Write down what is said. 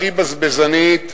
הכי בזבזנית,